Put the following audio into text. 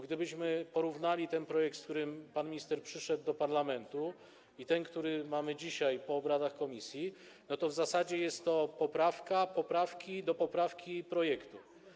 Gdybyśmy porównali projekt, z którym pan minister przyszedł do parlamentu, z tym, który mamy dzisiaj, czyli po obradach komisji, to w zasadzie jest to poprawka poprawki do poprawki projektu.